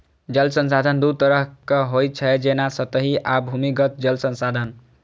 जल संसाधन दू तरहक होइ छै, जेना सतही आ भूमिगत जल संसाधन